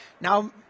now